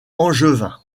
angevin